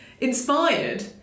Inspired